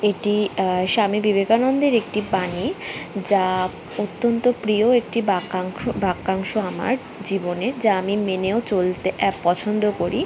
এটি স্বামী বিবেকানন্দের একটি বাণী যা অত্যন্ত প্রিয় একটি বাক্যাংশ বাক্যাংশ আমার জীবনের যা আমি মেনেও চলতে পছন্দ করি